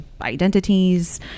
identities